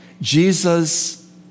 Jesus